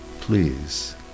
please